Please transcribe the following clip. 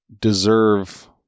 deserve